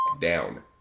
down